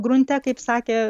grunte kaip sakė